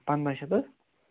پَنٛداہ شتھ حظ